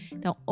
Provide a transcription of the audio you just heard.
Então